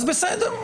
אז בסדר,